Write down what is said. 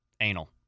Anal